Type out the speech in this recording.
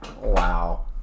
wow